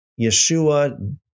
Yeshua